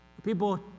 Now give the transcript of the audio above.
People